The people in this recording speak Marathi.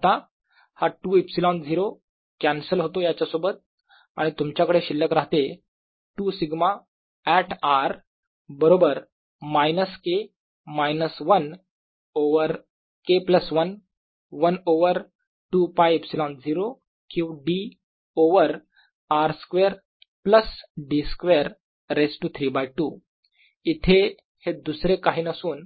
आणि आता हा 2 ε0 कॅन्सल याच्यासोबत आणि तुमच्याकडे शिल्लक राहते 2 σ ऍट r बरोबर minus K minus 1 over K plus 1 1 over 2π ε0 q d over r square plus d square raise to 3 by 2 इथे हे दुसरे काही नसून